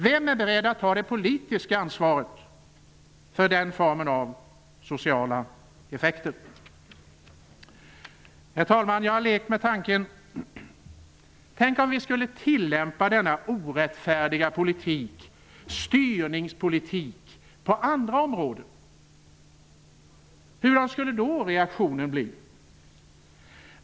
Vem är beredd att ta det politiska ansvaret för den formen av sociala effekter? Herr talman! Jag har lekt med tanken: Tänk om vi skulle tillämpa denna orättfärdiga styrningspolitik på andra områden? Hur skulle då reaktionen bli?